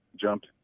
jumped